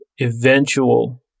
eventual